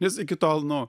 nes iki tol nu